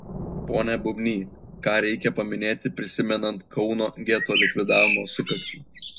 pone bubny ką reikia paminėti prisimenant kauno geto likvidavimo sukaktį